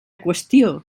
qüestió